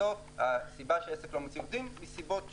בסוף עסק לא מוציא עובדים מסיבות שלו.